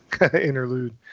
interlude